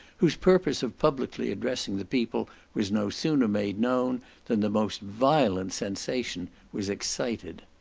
whose purpose of publicly addressing the people was no sooner made known than the most violent sensation was excited.